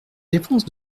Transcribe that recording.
dépenses